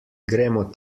gremo